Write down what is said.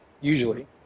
usually